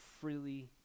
freely